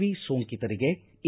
V ಸೋಂಕಿತರಿಗೆ A